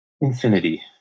Infinity